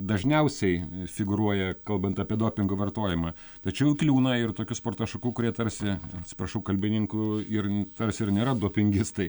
dažniausiai figūruoja kalbant apie dopingo vartojimą tačiau įkliūna ir tokių sporto šakų kurie tarsi atsiprašau kalbininkų ir tarsi ir nėra dopingistai